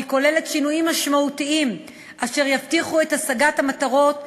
והיא כוללת שינויים משמעותיים אשר יבטיחו את השגת המטרות,